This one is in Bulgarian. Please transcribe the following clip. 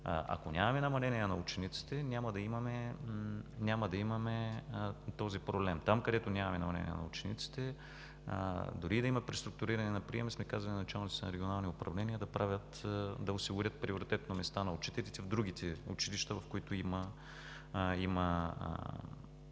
Ако нямаме намаление на учениците, няма да имаме и този проблем. Там, където нямаме намаление на учениците, дори да има преструктуриране на приема, сме казали на началниците на регионалните управления да осигурят приоритет по места на учителите в другите училища, в които има